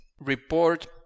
report